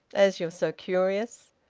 as you're so curious.